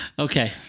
Okay